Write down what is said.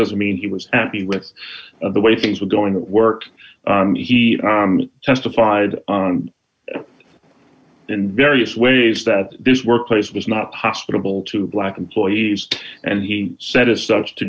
doesn't mean he was acting with the way things were going to work and he testified in various ways that this workplace was not hospitable to black employees and he said as such to